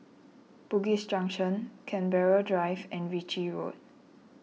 Bugis Junction Canberra Drive and Ritchie Road